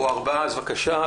אז בבקשה.